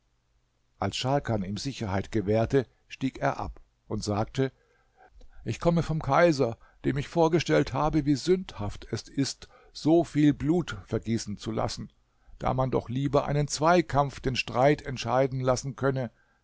als scharkan ihm sicherheit gewährte stieg er ab und sagte ich komme vom kaiser dem ich vorgestellt habe wie sündhaft es ist so viel blut vergießen zu lassen da man doch lieber einen zweikampf den streit entscheiden lassen könne